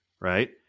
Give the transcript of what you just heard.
Right